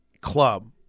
club